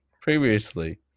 previously